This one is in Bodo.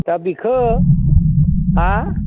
दा बेखौ हा